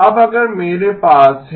अब अगर मेरे पास है